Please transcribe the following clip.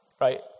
Right